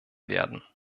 werden